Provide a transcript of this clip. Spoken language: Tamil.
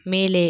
மேலே